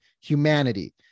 humanity